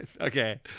okay